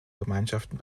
gemeinschaften